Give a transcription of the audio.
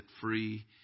free